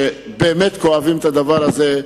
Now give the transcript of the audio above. שכואבים את הדבר הזה,